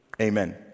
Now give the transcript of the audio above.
Amen